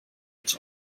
its